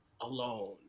alone